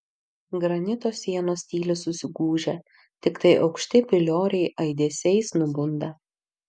granito sienos tyli susigūžę tiktai aukšti pilioriai aidesiais nubunda